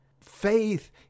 Faith